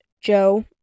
Joe